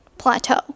plateau